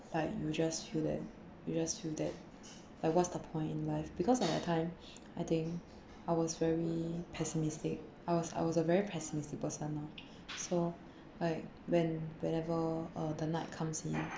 like you just feel that you just feel that like what's the point in life because at that time I think I was very pessimistic I was I was a very pessimistic person lah so like when whenever uh the night comes in